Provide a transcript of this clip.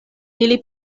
ili